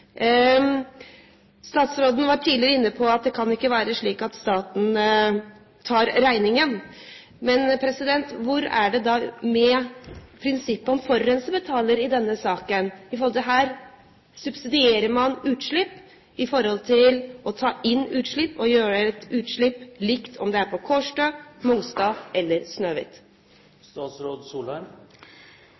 Statsråden var tidligere inne på at det ikke kan være slik at staten tar regningen. Men hvordan er det da med prinsippet om at forurenser betaler i denne saken, når det gjelder at her subsidierer man utslipp i forhold til å ta inn utslipp, og behandle utslipp likt, om det er på Kårstø, Mongstad eller